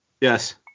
Yes